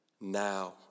Now